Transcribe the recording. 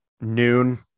noon